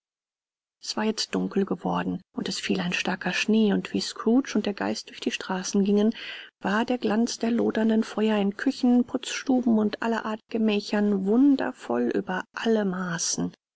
es war jetzt dunkel geworden und es fiel ein starker schnee und wie scrooge und der geist durch die straßen gingen war der glanz der lodernden feuer in küchen putzstuben und aller art gemächern wundervoll über alle maßen